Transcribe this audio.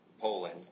Poland